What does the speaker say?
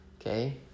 Okay